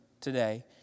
today